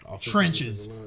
trenches